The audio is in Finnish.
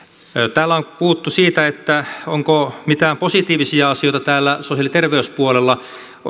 täällä on puhuttu siitä onko mitään positiivisia asioita täällä sosiaali ja terveyspuolella